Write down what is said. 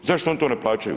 Zašto oni to ne plaćaju?